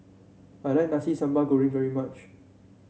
I like Nasi Sambal Goreng very much